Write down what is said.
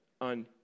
on